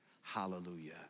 hallelujah